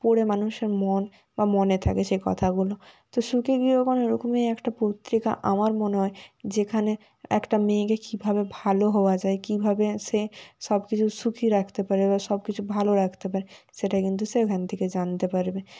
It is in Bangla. পড়ে মানুষের মন বা মনে থাকে সে কথাগুলো তো সুখী গৃহকোণ ওরকমই একটা পত্রিকা আমার মনে হয় যেখানে একটা মেয়েকে কীভাবে ভালো হওয়া যায় কীভাবে সে সব কিছু সুখী রাখতে পারে বা সব কিছু ভালো রাখতে পারে সেটা কিন্তু সে এখান থেকে জানতে পারবে